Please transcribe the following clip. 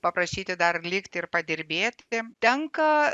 paprašyti dar likti ir padirbėti tenka